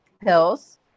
pills